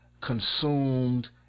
consumed